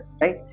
right